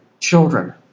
children